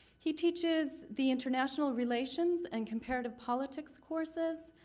he teaches the international relations and comparative politics courses,